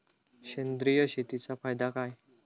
सेंद्रिय शेतीचा फायदा काय?